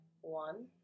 One